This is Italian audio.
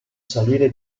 salire